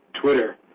Twitter